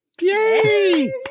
Yay